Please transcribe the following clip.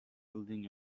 holding